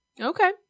Okay